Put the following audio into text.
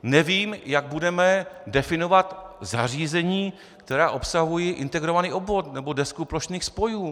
Nevím, jak budeme definovat zařízení, která obsahují integrovaný obvod nebo desku plošných spojů.